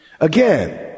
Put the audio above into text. Again